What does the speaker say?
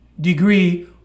degree